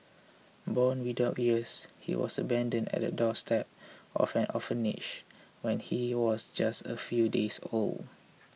born without ears he was abandoned at the doorstep of an orphanage when he was just a few days old